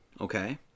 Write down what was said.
okay